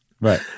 Right